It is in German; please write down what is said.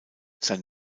sein